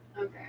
Okay